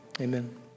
amen